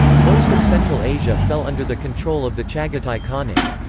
most of central asia fell under the control of the chagatai khanate.